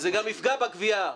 וזה גם יפגע בגבייה.